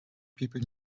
people